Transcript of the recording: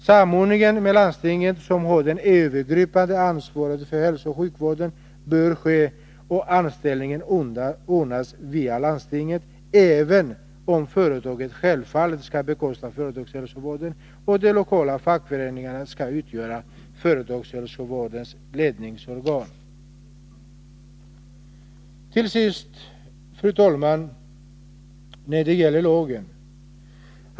Samordning med landstinget, som har det övergripande ansvaret för hälsooch sjukvården, bör ske och anställningen ordnas via landstinget, även om företaget självfallet skall bekosta företagshälsovården och de lokala fackföreningarna utgöra företagshälsovårdens ledningsorgan. Till sist, fru talman, några ord när det gäller lagen.